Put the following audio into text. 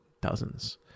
dozens